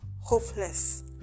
hopeless